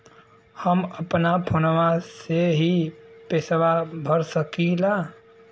हम अपना फोनवा से ही पेसवा भर सकी ला?